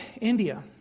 India